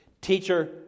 teacher